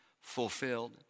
fulfilled